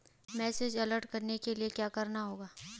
Message alert करवाने के लिए क्या करना होगा?